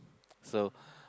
so